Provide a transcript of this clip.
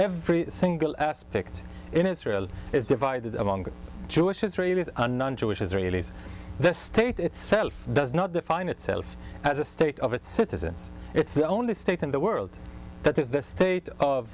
every single aspect in israel is divided among jewish israelis jewish israelis the state itself does not define itself as a state of its citizens it's the only state in the world that is the state of